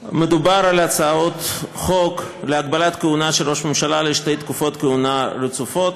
מדובר בהצעות חוק להגבלת הכהונה של ראש ממשלה לשתי תקופות כהונה רצופות.